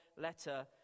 letter